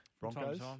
Broncos